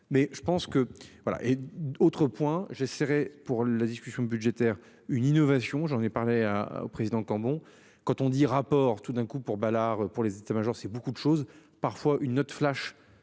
autre point j'essaierai pour la discussion budgétaire, une innovation, j'en ai parlé à au président Cambon. Quand on dit rapport, tout d'un coup pour Balard pour les états majors, c'est beaucoup de choses parfois une note flash